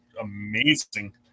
amazing